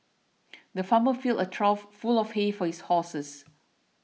the farmer filled a trough full of hay for his horses